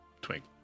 twink